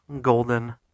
golden